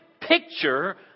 picture